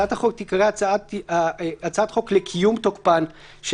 הצעת החוק תיקרא הצעת חוק לקיום תוקפן של